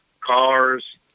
cars